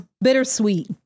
Bittersweet